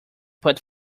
put